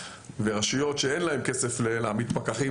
ורשויות שאין להן כסף להעמיד פקחים,